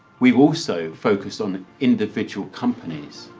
we've also focused on the individual companies,